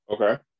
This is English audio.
Okay